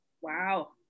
Wow